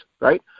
right